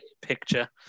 picture